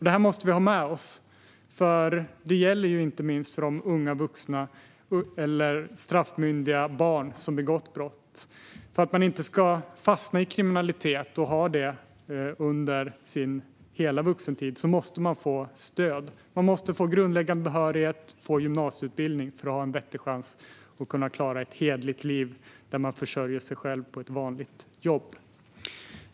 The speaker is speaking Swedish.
Detta måste vi ha med oss, för det gäller inte minst de unga vuxna eller straffmyndiga barn som begått brott. För att man inte ska fastna i kriminalitet och ägna sig åt det under hela sin vuxentid måste man få stöd. Man måste få grundläggande behörighet och gymnasieutbildning för att ha en vettig chans att klara ett hederligt liv där man försörjer sig själv med ett vanligt jobb.